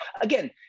again